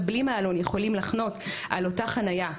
בלי מעלון יכולים לחנות על אותה חניה.